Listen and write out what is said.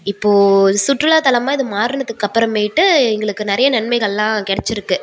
இப்போது சுற்றுலாத்தலமாக இது மாறுனத்துக்கு அப்பறமேட்டு எங்களுக்கு நிறைய நன்மைகள்லாம் கிடச்சிருக்கு